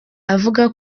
avuga